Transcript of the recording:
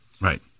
Right